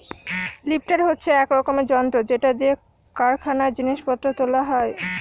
lifter হচ্ছে এক রকমের যন্ত্র যেটা দিয়ে কারখানায় জিনিস পত্র তোলা হয়